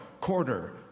quarter